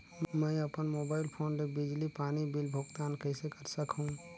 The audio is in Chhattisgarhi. मैं अपन मोबाइल फोन ले बिजली पानी बिल भुगतान कइसे कर सकहुं?